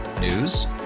News